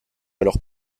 alors